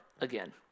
again